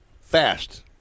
Fast